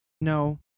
no